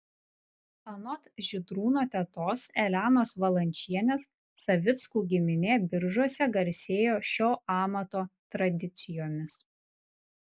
anot žydrūno tetos elenos valančienės savickų giminė biržuose garsėjo šio amato tradicijomis